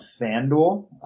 FanDuel